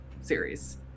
series